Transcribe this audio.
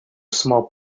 small